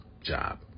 job